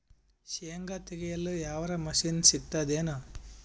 ಶೇಂಗಾ ತೆಗೆಯಲು ಯಾವರ ಮಷಿನ್ ಸಿಗತೆದೇನು?